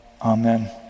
amen